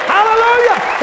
Hallelujah